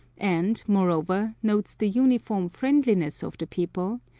and, moreover, notes the uniform friendliness of the people,